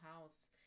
house